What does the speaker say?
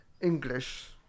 English